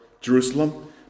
Jerusalem